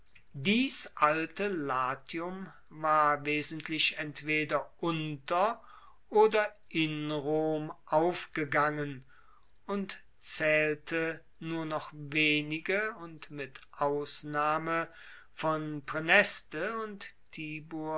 dies alte latium war wesentlich entweder unter oder in rom aufgegangen und zaehlte nur noch wenige und mit ausnahme von praeneste und